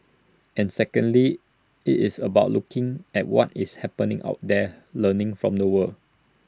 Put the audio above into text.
and secondly IT is about looking at what is happening out there learning from the world